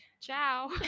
Ciao